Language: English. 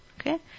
Okay